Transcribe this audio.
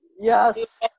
Yes